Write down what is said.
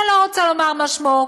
שאני לא רוצה לומר מה שמו,